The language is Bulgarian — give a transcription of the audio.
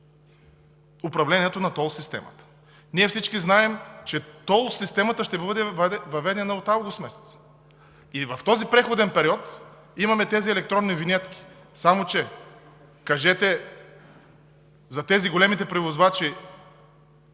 управлението на тол системата. Ние всички знаем, че тол системата ще бъде въведена от месец август. В този преходен период имаме електронни винетки. Само че кажете за големите превозвачи,